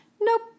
Nope